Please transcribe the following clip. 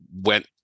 went